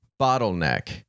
Bottleneck